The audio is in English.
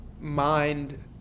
mind